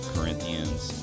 Corinthians